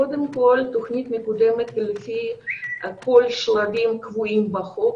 קודם כול התוכנית מקודמת על ידי רמ"י לפי שלבים שקבועים בחוק.